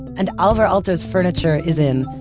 and alvar aalto's furniture is in,